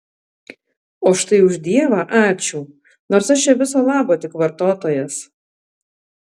o štai už dievą ačiū nors aš čia viso labo tik vartotojas